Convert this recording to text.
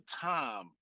time